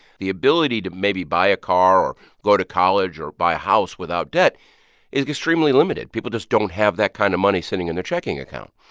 the ability to maybe buy a car or go to college or buy a house without debt is extremely limited. people just don't have that kind of money sitting in their checking account.